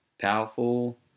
powerful